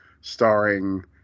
Starring